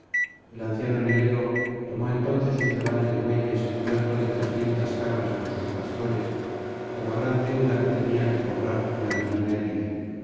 el anciano neleo tomó entonces un rebaño de bueyes y otro de trescientas cabras con sus pastores por la gran deuda que tenía que cobrar en la divina elide